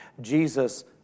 Jesus